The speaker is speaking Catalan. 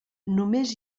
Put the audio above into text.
només